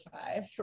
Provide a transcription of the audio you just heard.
five